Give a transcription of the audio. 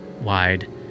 wide